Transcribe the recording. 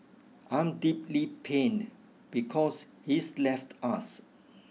I'm deeply pained because he's left us